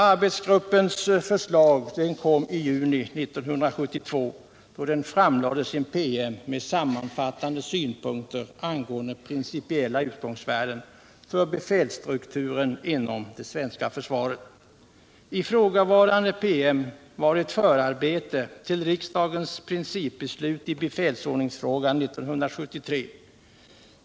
Arbetsgruppens förslag kom i juni 1972, då den framlade sin PM med sammanfattande synpunkter angående principiella utgångsvärden för befälsstrukturen inom det svenska försvaret. I frågavarande PM var ett förarbete till riksdagens principbeslut i befälsordningsfrågan 1973.